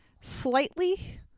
slightly